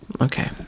Okay